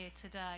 today